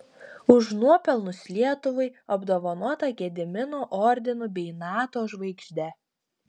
už nuopelnus lietuvai apdovanota gedimino ordinu bei nato žvaigžde